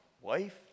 Wife